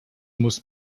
muss